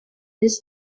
its